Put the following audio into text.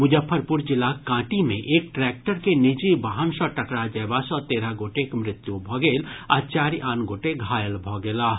मुजफ्फरपुर जिलाक कांटी मे एक ट्रैक्टर के निजी वाहन सँ टकरा जयबा सँ तेरह गोटेक मृत्यू भऽ गेल आ चारि आन गोटे घायल भऽ गेलाह